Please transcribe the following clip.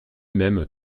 même